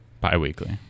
Bi-weekly